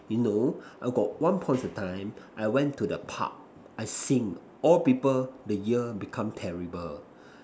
you know I got once upon a time I went to the Park I sing all people the ear become terrible